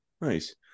Nice